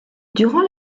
durant